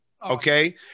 Okay